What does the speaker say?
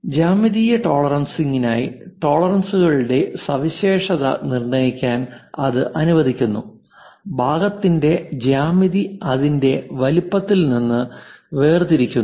ജ്യാമിതീയ ടോളറൻസിംഗിനായി ടോളറൻസുകളുടെ സവിശേഷത നിർണ്ണയിക്കാൻ ഇത് അനുവദിക്കുന്നു ഭാഗത്തിന്റെ ജ്യാമിതി അതിന്റെ വലുപ്പത്തിൽ നിന്ന് വേർതിരിക്കുന്നു